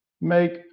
make